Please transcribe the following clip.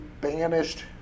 banished